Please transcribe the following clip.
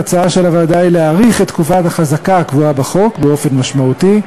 ההצעה של הוועדה היא להאריך את תקופת החזקה הקבועה בחוק באופן משמעותי,